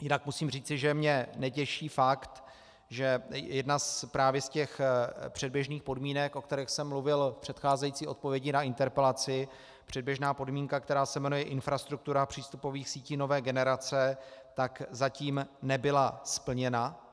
Jinak musím říci, že mě netěší fakt, že jedna právě z těch předběžných podmínek, o kterých jsem mluvil v předcházející odpovědi na interpelaci, předběžná podmínka, která se jmenuje infrastruktura přístupových sítí nové generace, zatím nebyla splněna.